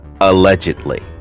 allegedly